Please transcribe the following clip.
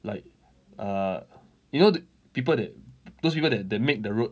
like err you know people that those people that that make the road